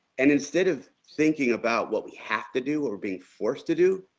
and instead of thinking about what we have to do or being forced to do,